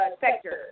sector